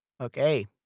Okay